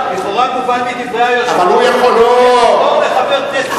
לכאורה מובן מדברי היושב-ראש שיש פטור לחבר כנסת מלקיים את חוקי הכנסת.